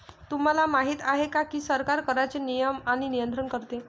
तुम्हाला माहिती आहे का की सरकार कराचे नियमन आणि नियंत्रण करते